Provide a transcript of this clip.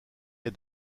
est